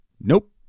Nope